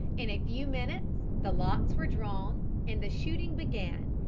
in a few minutes the lots were drawn, and the shooting began.